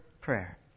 prayer